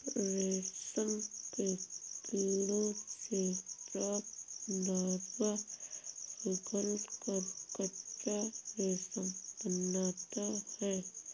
रेशम के कीड़ों से प्राप्त लार्वा पिघलकर कच्चा रेशम बनाता है